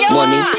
Money